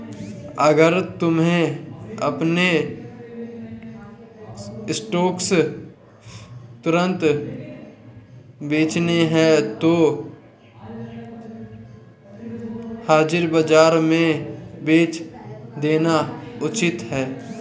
अगर तुम्हें अपने स्टॉक्स तुरंत बेचने हैं तो हाजिर बाजार में बेच देना उचित है